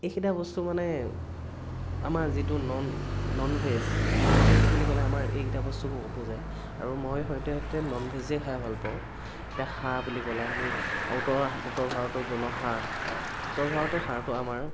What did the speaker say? এইকেইটা বস্তু মানে আমাৰ যিটো নন ননভেজ ননভেজ বুলি ক'লে আমাৰ এই কেইটা বস্তুক বুজায় আৰু মই সদ্যহতে ননভেজেই খাই ভাল পাওঁ এতিয়া হাঁহ বুলি ক'লে আমি উত্তৰ উত্তৰ ভাৰতত বনোৱা হাঁহ উত্তৰ ভাৰতৰ হাঁহটো আমাৰ